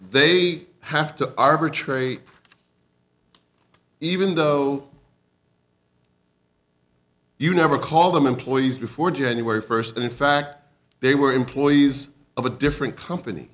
they have to arbitrate even though you never call them employees before january first and in fact they were employees of a different company